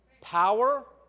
Power